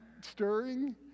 stirring